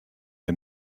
der